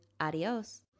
Adios